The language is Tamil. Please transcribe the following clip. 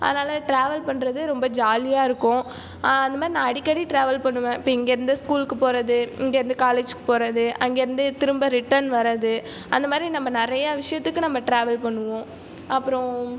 அதனால் ட்ராவல் பண்ணுறது ரொம்ப ஜாலியாக இருக்கும் அந்தமாதிரி நான் அடிக்கடி ட்ராவல் பண்ணுவேன் இப்போ இங்கேருந்து ஸ்கூலுக்கு போகிறது இங்கேருந்து காலேஜ்க்கு போகிறது அங்கேருந்து திரும்ப ரிட்டன் வரது அந்தமாதிரி நம்ம நிறைய விஷயத்துக்கு நம்ம ட்ராவல் பண்ணுவோம் அப்புறம்